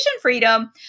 freedom